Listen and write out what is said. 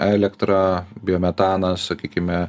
elektrą biometaną sakykime